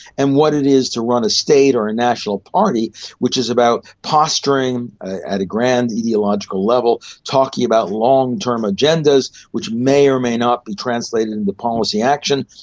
and what it is to run a state or a national party which is about posturing at a grand ideological level, talking about long-term agendas which may or may not be translated into policy action.